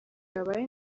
yabaye